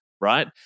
Right